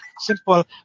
simple